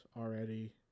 already